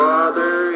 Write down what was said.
Father